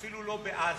אפילו לא בעזה.